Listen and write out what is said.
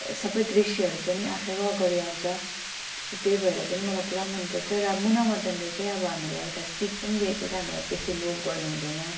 सबै दृश्यहरू पनि आँखाकै अगाडि आउँछ त्यही भएर पनि मलाई पुरा मनपर्छ र अब मुना मदनले चाहिँ अब हामीलाई एउटा सिख पनि दिएको छ हामीले बेसी लोभ पनि गर्नु हुँदैन